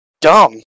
dumb